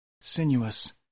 sinuous